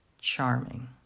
Charming